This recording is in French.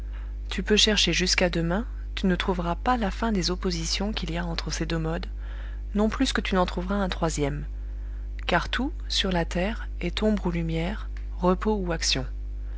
tu peux chercher jusqu'à demain tu ne trouveras pas la fin des oppositions qu'il y a entre ces deux modes non plus que tu n'en trouveras un troisième car tout sur la terre est ombre ou lumière repos ou action